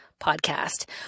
Podcast